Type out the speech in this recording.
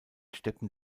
steppen